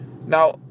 Now